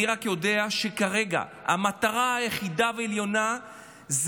אני רק יודע שכרגע המטרה היחידה והעליונה היא